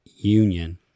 union